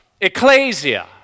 ecclesia